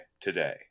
today